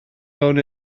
fewn